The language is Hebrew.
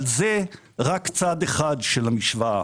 אבל זה רק צד אחד של המשוואה.